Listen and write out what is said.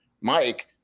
Mike